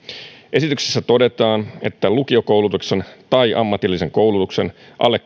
esityksessä todetaan että lukiokoulutuksen tai ammatillisen koulutuksen alle